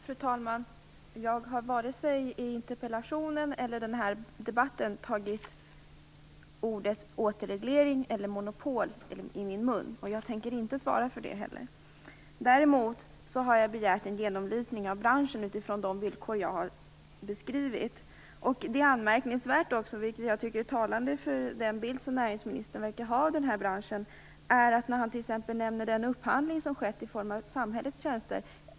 Fru talman! Jag har varken i interpellationen eller i den här debatten tagit ordet återreglering eller monopol i min mun, och jag tänker inte svara för det heller. Däremot har jag begärt en genomlysning av branschen utifrån de villkor som jag har beskrivit. Det är också anmärkningsvärt, vilket jag tycker är talande för den bild som näringsministern verkar ha av denna bransch, att han t.ex. nämner den upphandling som har skett i form av samhällets tjänster.